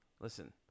Listen